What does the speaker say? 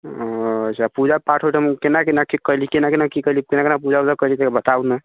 ओ अच्छा पूजा पाठ ओहिठाम कोना कोना की कएली कोना कोना पूजा उजा कएलीसे बताउ ने